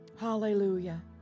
Hallelujah